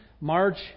March